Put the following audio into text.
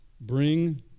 bring